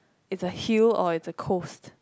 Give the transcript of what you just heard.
it's a hill or it's a coast